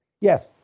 yes